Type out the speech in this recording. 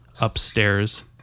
Upstairs